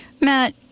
Matt